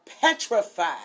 petrified